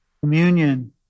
Communion